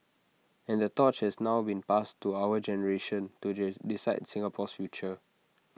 and the torch has now been passed to our generation to decide Singapore's future